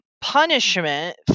punishment